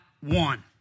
one